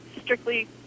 strictly